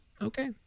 okay